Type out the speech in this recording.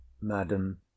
madam